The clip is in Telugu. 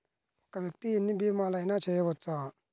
ఒక్క వ్యక్తి ఎన్ని భీమలయినా చేయవచ్చా?